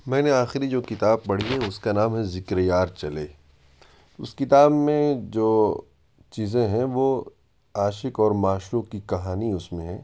میں نے آخری جو کتاب پڑھی ہے اس کا نام ہے ذکرِ یار چلے اس کتاب میں جو چیزیں ہیں وہ عاشق اور معشوق کی کہانی اس میں ہے